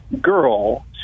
girl